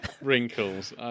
wrinkles